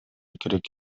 керек